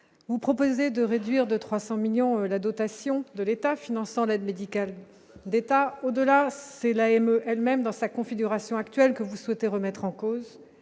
vous proposez de réduire de 300 millions la dotation de l'État finançant l'aide médicale d'État, au-delà, c'est l'AME elle-même dans sa configuration actuelle que vous souhaitez, remettre en cause